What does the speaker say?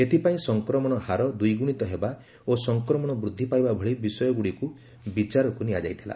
ଏଥିପାଇଁ ସଂକ୍ରମଣ ହାର ଦ୍ୱିଗୁଣିତ ହେବା ଓ ସଫକ୍ରମଣ ବୃଦ୍ଧି ପାଇବା ଭଳି ବିଷୟଗୁଡ଼ିକୁ ବିଚାରକୁ ନିଆଯାଇଥିଲା